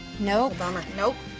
nope. bummer. nope,